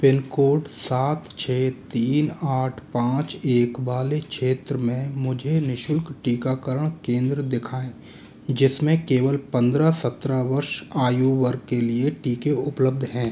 pin code सात छः तीन आठ पाँच एक वाले क्षेत्र में मुझे निःशुल्क टीकाकरण केंद्र दिखाएँ जिसमें केवल पंद्रह सत्रह वर्ष आयु वर्ग के लिए टीके उपलब्ध हैं